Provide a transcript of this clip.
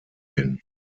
hin